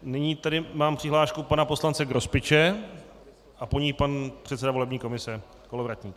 Nyní mám přihlášku pana poslance Grospiče, po ní pan předseda volební komise Kolovratník.